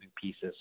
pieces